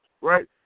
right